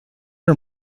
are